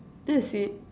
that's it